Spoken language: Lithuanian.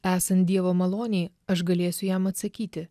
esant dievo malonei aš galėsiu jam atsakyti